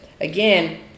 again